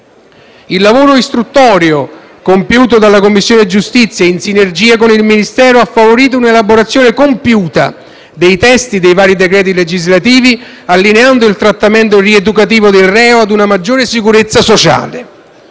Il lavoro istruttorio compiuto dalla Commissione giustizia in sinergia con il Ministero ha favorito un'elaborazione compiuta dei testi dei vari decreti legislativi, allineando il trattamento rieducativo del reo a una maggiore sicurezza sociale.